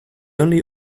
only